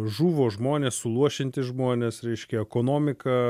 žuvo žmonės suluošinti žmonės reiškia ekonomika